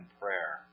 prayer